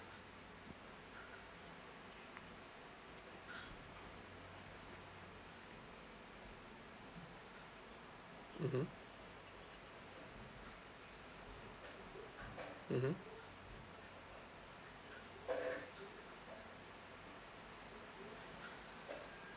mmhmm mmhmm